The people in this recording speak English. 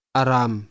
aram